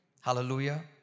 hallelujah